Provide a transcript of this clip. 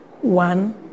one